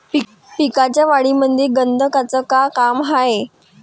पिकाच्या वाढीमंदी गंधकाचं का काम हाये?